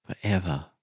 forever